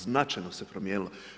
Značajno se promijenilo.